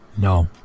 No